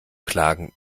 klagen